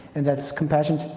and that's compassion,